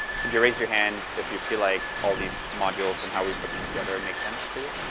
could you raise your hand if you feel like all these modules and how we put them together make sense to